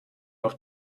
auf